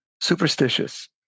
superstitious